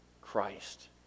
Christ